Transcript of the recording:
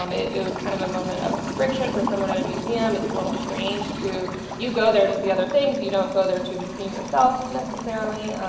um it was kind of a moment of friction for someone at a museum it's a little strange. you go there to see other things, you don't go there to be seen yourself necessarily.